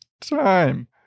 time